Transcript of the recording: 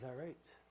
ah right?